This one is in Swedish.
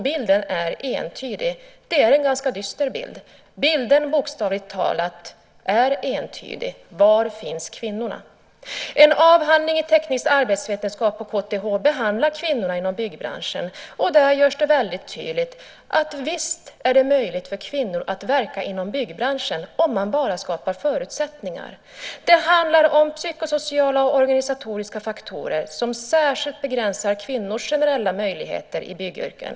Bilden är entydigt ganska dyster. Var finns kvinnorna? En avhandling i teknisk arbetsvetenskap på KTH behandlar kvinnorna inom byggbranschen. Där görs det väldigt tydligt att det är möjligt för kvinnor att verka inom byggbranschen, om man bara skapar förutsättningar för det. Det handlar om psykosociala och organisatoriska faktorer som särskilt begränsar kvinnors generella möjligheter i byggyrken.